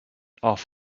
off